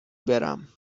برم